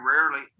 rarely